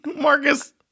Marcus